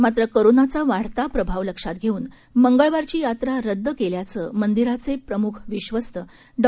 मात्र कोरोनाचा वाढता प्रभाव लक्षात घेऊन मंगळवारची यात्रा रद्द केल्याचं मंदिराचे प्रमुख विधस्त डॉ